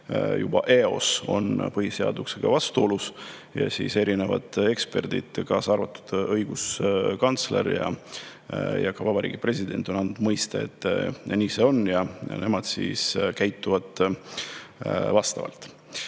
juba eos on põhiseadusega vastuolus, kusjuures erinevad eksperdid, kaasa arvatud õiguskantsler ja Vabariigi President, on andnud mõista, et nii see on ja nemad käituvad vastavalt.